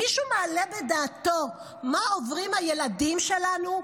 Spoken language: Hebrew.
מישהו מעלה בדעתו מה עוברים הילדים שלנו?